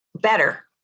better